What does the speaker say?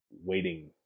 waiting